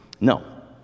No